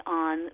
on